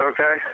Okay